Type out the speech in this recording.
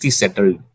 settled